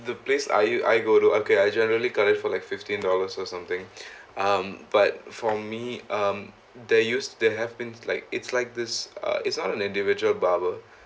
the place I I go to okay I generally got it for like fifteen dollars or something um but for me um they used they have been like it's like this uh is not a individual barber